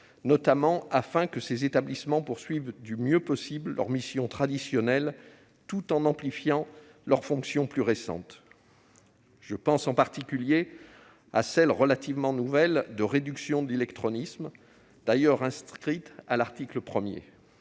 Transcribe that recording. notamment afin que ces établissements poursuivent du mieux possible leurs missions traditionnelles tout en amplifiant leurs fonctions plus récentes. Je pense en particulier à celle relativement nouvelle de réduction de l'illectronisme, d'ailleurs inscrite à l'article 1.